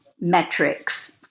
metrics